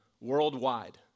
worldwide